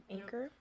Anchor